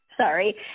sorry